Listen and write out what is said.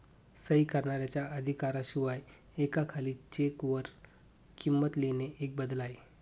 सही करणाऱ्याच्या अधिकारा शिवाय एका खाली चेक वर किंमत लिहिणे एक बदल आहे